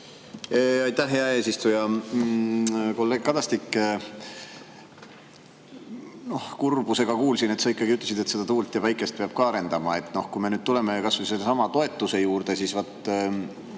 Aitäh, hea eesistuja! Kolleeg Kadastik! Kurbusega kuulsin, et sa ikkagi ütlesid, et seda tuult ja päikest peab ka arendama. Kui me nüüd tuleme kas või sellesama toetuse juurde, siis vaat